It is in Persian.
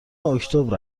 اکتبر